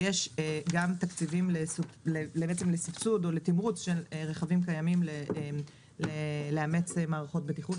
ויש גם תקציבים לסבסוד או לתמרוץ של רכבים קיימים לאמץ מערכות בטיחות,